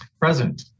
Present